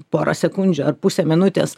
porą sekundžių ar pusę minutės